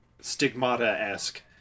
stigmata-esque